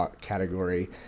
category